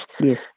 Yes